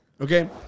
okay